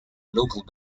local